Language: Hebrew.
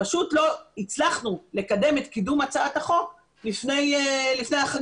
פשוט לא הצלחנו לקדם את קידום הצעת החוק לפני החגים,